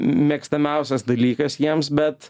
mėgstamiausias dalykas jiems bet